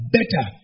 Better